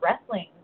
wrestling